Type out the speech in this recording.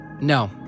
No